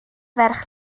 ferch